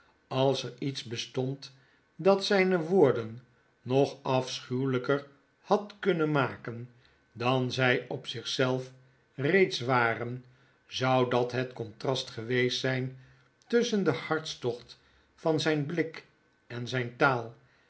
als er iets bestond dat zyne woorden nog afschuwelijker had kunnen maken dan zij op zich zelf reeds waren zou dat het contrast geweest zijn tusschen den hartstocht van zijn blik en zijne taal